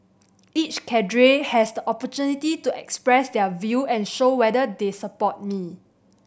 each cadre has the opportunity to express their view and show whether they support me